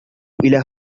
إلى